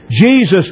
Jesus